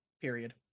period